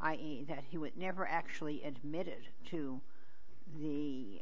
i e that he was never actually admitted to the